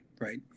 right